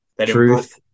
truth